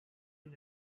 you